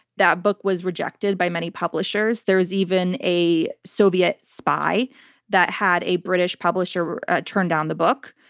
that book was rejected by many publishers. there was even a soviet spy that had a british publisher turn down the book.